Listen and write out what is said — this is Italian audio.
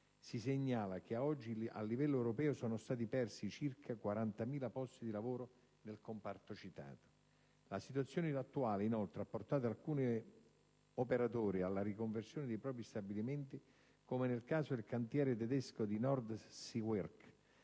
Si segnala che, a oggi, a livello europeo sono stati persi circa 40.000 posti di lavoro nel comparto citato. La situazione attuale, inoltre, ha portato alcuni operatori alla riconversione dei propri stabilimenti, come nel caso del cantiere tedesco Nordseewerke,